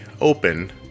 open